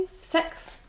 six